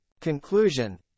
conclusion